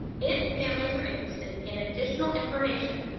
if families are interested in additional information,